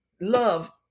love